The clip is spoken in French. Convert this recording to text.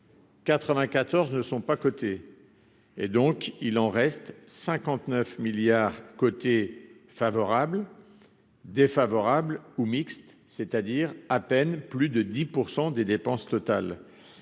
94 ne sont pas cotées et donc il en reste 59 milliards côté favorable, défavorable ou mixtes, c'est-à-dire à peine plus de 10 pour 100 des dépenses totales